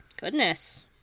Goodness